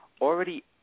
Already